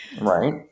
Right